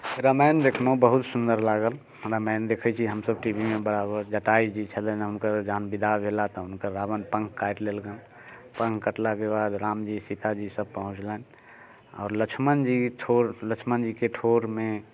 रामायण देखलहुँ बहुत सुन्दर लागल रामायण देखै छी हमसब टी वी मे बराबर जटायु जी छलनि हुनकर जहन विदाइ भेला तऽ हुनकर रावण पङ्ख काटि लेलकनि पङ्ख कटलाके बाद राम जी सीता जी सब पहुँचलनि आओर लक्ष्मण जी ठोर लक्ष्मण जीके ठोरमे